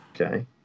Okay